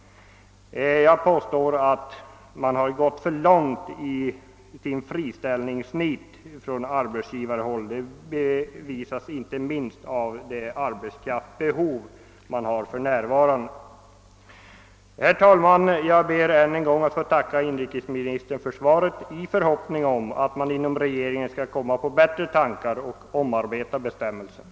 Jag påstår att man gått för långt i sitt friställningsnit; det bevisas inte minst av det arbetskraftsbehov man för närvarande har. Herr talman! Jag ber än en gång att få tacka inrikesministern för svaret, i förhoppning om att man inom regeringen skall komma på bättre tankar och omarbeta bestämmelserna.